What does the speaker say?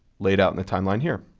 laid out in the timeline here.